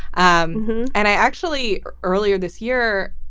um and i actually earlier this year,